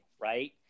right